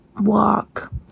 walk